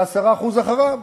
וה-10% אחריו.